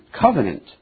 covenant